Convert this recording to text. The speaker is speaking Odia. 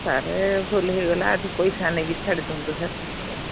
ସାର୍ ଭୁଲ ହେଇଗଲା ଆଜି ପଇସା ନେଇକି ଛାଡ଼ି ଦିଅନ୍ତୁ ସାର୍ ଟିକେ ଆଉ